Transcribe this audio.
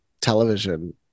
television